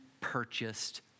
purchased